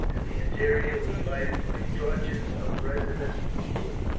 and the interior was lighted by torches of resinous wood.